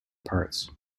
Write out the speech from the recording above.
parts